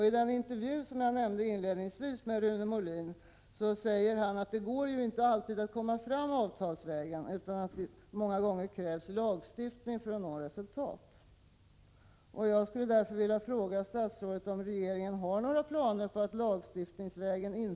I den intervju som jag nämnde inledningsvis säger Rune Molin att det ju inte alltid går att komma fram avtalsvägen utan att det många gånger krävs lagstiftning för att man skall nå resultat.